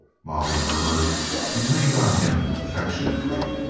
molly mur mured and leaned on him affectionately.